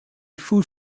food